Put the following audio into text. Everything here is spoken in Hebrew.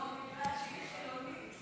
שגריר על ידי נשיא